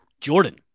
Jordan